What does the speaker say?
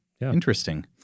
Interesting